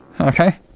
okay